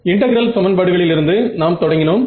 integral சமன்பாடுகளிலிருந்து நாம் தொடங்கினோம்